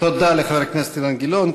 תודה לחבר הכנסת אילן גילאון.